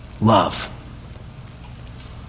love